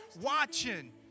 watching